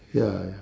ya ya